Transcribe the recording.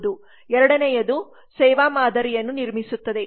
ಎರಡನೆಯದು ಸೇವಾ ಮಾದರಿಯನ್ನು ನಿರ್ಮಿಸುತ್ತಿದೆ